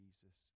Jesus